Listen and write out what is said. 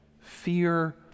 fear